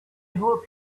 hope